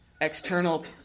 external